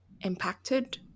impacted